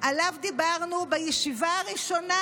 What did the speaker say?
שעליו דיברנו בישיבה הראשונה,